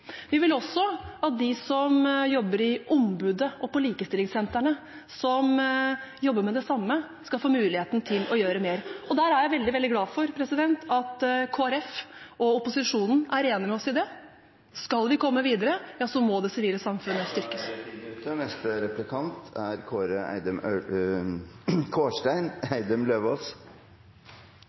Vi vil også at de som jobber i Ombudet, og på likestillingssentrene, som jobber med det samme, skal få muligheten til å gjøre mer, og der er jeg veldig, veldig glad for at Kristelig Folkeparti og opposisjonen er enig med oss. Skal vi komme videre, må det sivile samfunnet … Da er